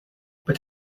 but